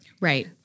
Right